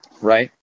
right